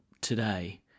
today